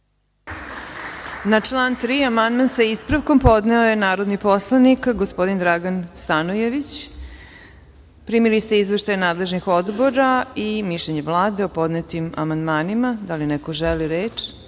Na član 3. amandman, sa ispravkom, podneo je narodni poslanik gospodin Dragan Stanojević. Primili ste izveštaje nadležnih odbora i mišljenje Vlade o podnetim amandmanima. Da li neko želi